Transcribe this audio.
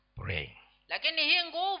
praying